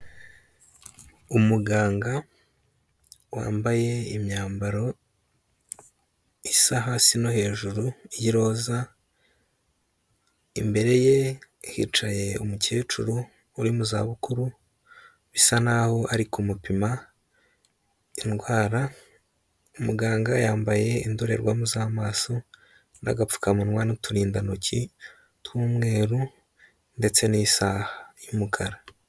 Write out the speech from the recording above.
Umuganga wambaye imyambaro isa hasi no hejuru y'iroza, imbere ye hicaye umukecuru uri mu za bukuru bisa n'aho ari kumupima indwara, umuganga yambaye indorerwamo z'amaso n'agapfukamunwa, n'uturindantoki tw'umweru ndetse n'isaha y'umukara.